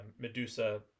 Medusa